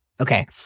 Okay